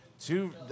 Two